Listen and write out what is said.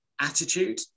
attitude